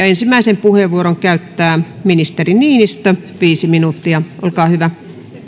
ensimmäisen puheenvuoron käyttää ministeri niinistö viisi minuuttia olkaa hyvä